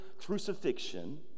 crucifixion